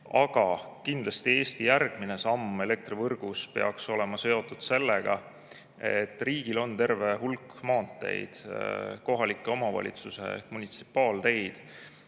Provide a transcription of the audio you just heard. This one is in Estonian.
Aga kindlasti peaks Eesti järgmine samm elektrivõrgus olema seotud sellega, et riigil on terve hulk maanteid, kohalike omavalitsuste munitsipaalteid.